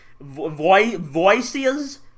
Voices